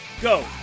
go